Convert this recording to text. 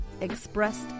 expressed